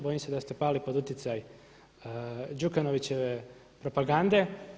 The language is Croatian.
Bojim se da ste pali pod utjecaj Đukanovićeve propagande.